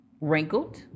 Wrinkled